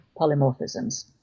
polymorphisms